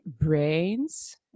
brains